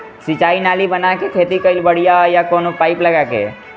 सिंचाई नाली बना के खेती कईल बढ़िया ह या कवनो पाइप लगा के?